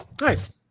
Nice